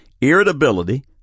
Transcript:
Irritability